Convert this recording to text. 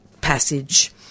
passage